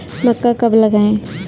मक्का कब लगाएँ?